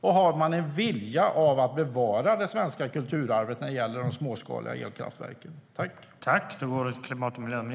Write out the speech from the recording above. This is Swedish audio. Och har man en vilja att bevara det svenska kulturarvet när det gäller de småskaliga elkraftverken?